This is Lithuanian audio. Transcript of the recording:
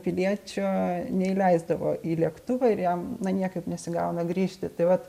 piliečio neįleisdavo į lėktuvą ir jam niekaip nesigauna grįžti tai vat